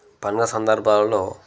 పండుగ సందర్భాలలో